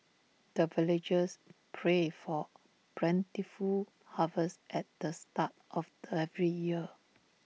the villagers pray for plentiful harvest at the start of every year